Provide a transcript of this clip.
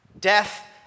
Death